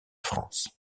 france